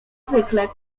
zwykle